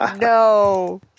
No